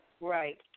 Right